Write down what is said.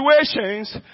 situations